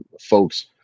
folks